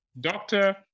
doctor